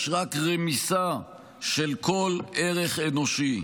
יש רק רמיסה של כל ערך אנושי.